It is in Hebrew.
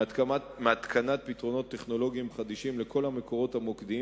מהתקנת פתרונות טכנולוגיים חדישים לכל המקורות המוקדיים